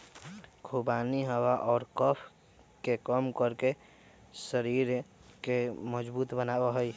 खुबानी हवा और कफ के कम करके शरीर के मजबूत बनवा हई